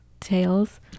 tails